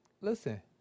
listen